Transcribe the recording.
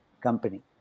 company